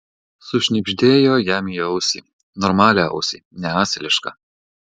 sušnibždėjo jam į ausį normalią ausį ne asilišką